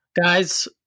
guys